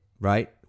right